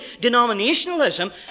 denominationalism